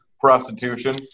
Prostitution